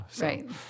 Right